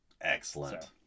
Excellent